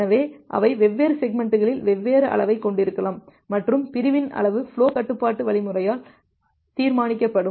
எனவே அவை வெவ்வேறு செக்மெண்ட்களில் வெவ்வேறு அளவைக் கொண்டிருக்கலாம் மற்றும் பிரிவின் அளவு ஃபுலோ கட்டுப்பாட்டு வழிமுறையால் தீர்மானிக்கப்படும்